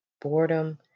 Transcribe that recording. boredom